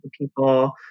people